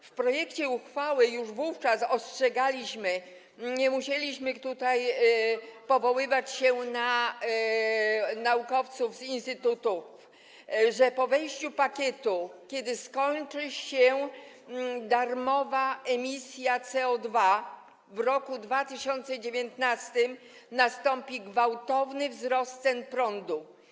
Przy projekcie uchwały już wówczas ostrzegaliśmy - nie musieliśmy tutaj powoływać się na naukowców z instytutów - że po wejściu pakietu, kiedy skończy się darmowa emisja CO2, w roku 2019, nastąpi gwałtowny wzrost cen prądu.